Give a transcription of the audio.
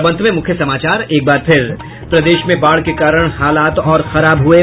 और अब अंत में मुख्य समाचार प्रदेश में बाढ़ के कारण हालात और खराब हुये